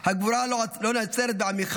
הגבורה לא נעצרת בעמיחי.